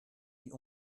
die